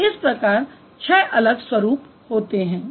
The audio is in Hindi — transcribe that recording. तो इस प्रकार 6 अलग अलग स्वरूप होते हैं